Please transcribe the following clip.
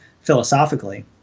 philosophically